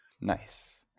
Nice